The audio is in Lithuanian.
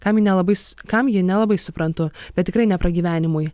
kam ji nelabai kam ji nelabai suprantu bet tikrai ne pragyvenimui